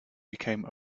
became